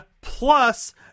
plus